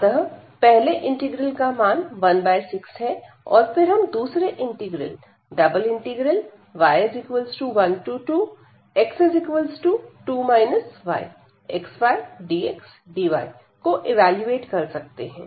अतः पहले इंटीग्रल का मान 16 है और फिर हम दूसरे इंटीग्रल y12x02 yxydxdy को इवेलुएट कर सकते हैं